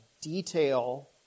detail